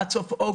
עד סוף אוגוסט,